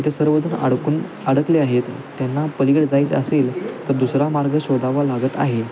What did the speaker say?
इथे सर्व जण अडकून अडकले आहेत त्यांना पलीकडं जायचं असेल तर दुसरा मार्ग शोधावा लागत आहे